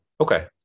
Okay